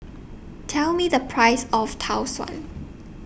Tell Me The Price of Tau Suan